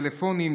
טלפונים,